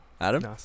adam